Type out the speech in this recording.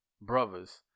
brothers